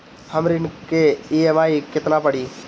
हमर ऋण के ई.एम.आई केतना पड़ी?